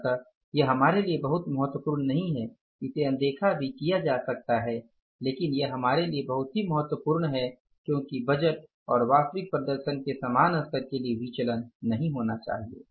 अतः यह हमारे लिए बहुत महत्वपूर्ण नहीं है इसे अनदेखा भी किया जा सकता है लेकिन यह हमारे लिए बहुत ही महत्वपूर्ण है क्योंकि बजट और वास्तविक प्रदर्शन के समान स्तर के लिए विचलन नहीं होना चाहिए